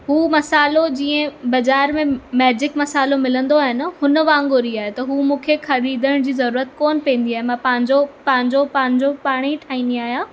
उहो मसालो जीअं बाज़ारि में मैजिक मसालो मिलंदो आहे न हुन वांगुरु ई आहे त उहा मूंखे खरीदण जी ज़रूरत कोनि पवंदी आहे मां पंहिंजो पंहिंजो पाण ई ठाहींदी आयां